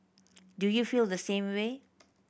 do you feel the same way